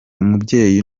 umubyeyi